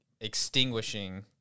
extinguishing